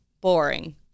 Boring